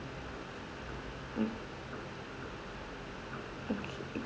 okay